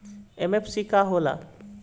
MFC का होला?